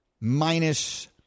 minus